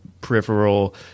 peripheral